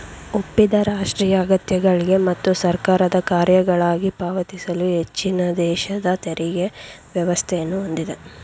ಒಪ್ಪಿದ ರಾಷ್ಟ್ರೀಯ ಅಗತ್ಯಗಳ್ಗೆ ಮತ್ತು ಸರ್ಕಾರದ ಕಾರ್ಯಗಳ್ಗಾಗಿ ಪಾವತಿಸಲು ಹೆಚ್ಚಿನದೇಶದ ತೆರಿಗೆ ವ್ಯವಸ್ಥೆಯನ್ನ ಹೊಂದಿದೆ